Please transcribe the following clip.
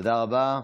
תודה רבה.